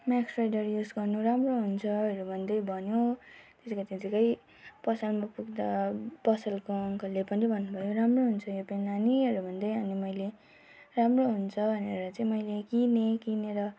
मेक्सराइटर use गर्नु राम्रो हुन्छहरू भन्दै भन्यो त्यतिको त्यतिकै पसलमा पुग्दा पसलको अङ्कलले पनि भन्नुभयो राम्रो हुन्छ यो पेन नानीहरू भन्दै अनि मैले राम्रो हुन्छ भनेर चाहिँ मैले किने किनेर